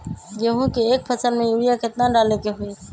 गेंहू के एक फसल में यूरिया केतना डाले के होई?